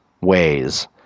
ways